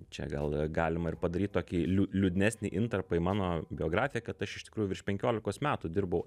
čia gal galima ir padaryt tokį liū liūdnesnį intarpą į mano biografiją kad aš iš tikrųjų virš penkiolikos metų dirbau